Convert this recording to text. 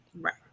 Right